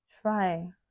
try